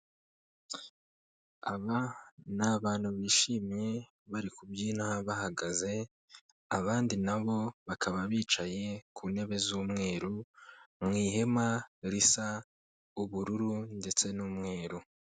Aba ni abantu bishimye bari kubyina bahagaze abandi na bo bakaba bicaye ku ntebe z'umweru mu ihema risa ubururu ndetse n'umweru.